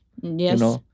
Yes